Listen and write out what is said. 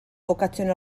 vocazione